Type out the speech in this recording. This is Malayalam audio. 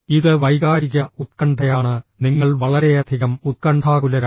ഇത് വൈകാരിക ഉത്കണ്ഠയാണ് നിങ്ങൾ വളരെയധികം ഉത്കണ്ഠാകുലരാണ്